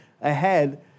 ahead